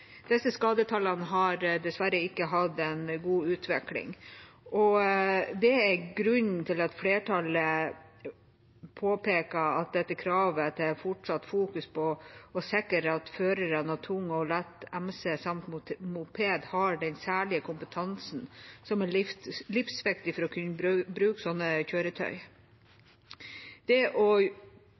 Disse skadetallene har dessverre ikke hatt en god utvikling, og det er grunnen til at flertallet påpeker dette kravet til fortsatt fokus på å sikre at førerne av tung og lett MC samt moped har den særlige kompetansen som er livsviktig for å kunne bruke sånne kjøretøy. Det å